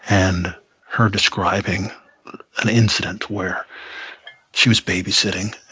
and her describing an incident where she was babysitting.